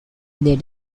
they